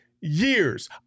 years